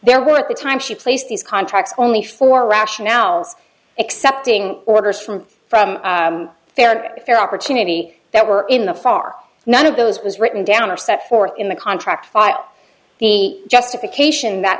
there were at the time she placed these contracts only for rationales accepting orders from from fair to fair opportunity that were in the far none of those was written down or set forth in the contract file the justification that